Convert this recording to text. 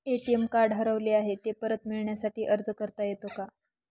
ATM card हरवले आहे, ते परत मिळण्यासाठी अर्ज करता येतो का?